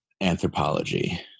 Anthropology